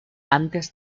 antes